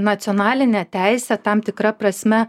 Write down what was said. nacionalinė teisė tam tikra prasme